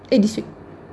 eh this week